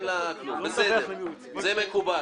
זה מקובל.